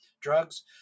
drugs